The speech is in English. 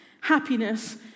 happiness